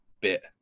bit